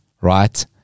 right